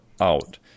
out